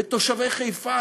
ותושבי חיפה,